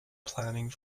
planning